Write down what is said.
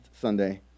Sunday